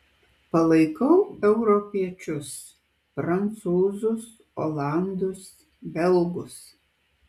palaikau europiečius prancūzus olandus belgus